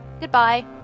Goodbye